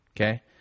Okay